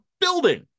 building